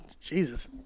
Jesus